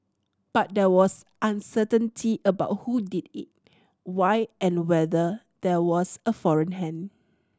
but there was uncertainty about who did it why and whether there was a foreign hand